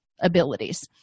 abilities